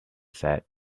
said